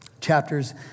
chapters